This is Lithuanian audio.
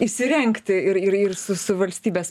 įsirengti ir ir ir su su valstybės